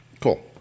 Cool